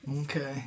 Okay